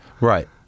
Right